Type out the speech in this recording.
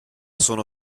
sono